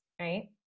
Right